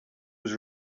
was